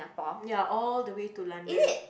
ya all the way to London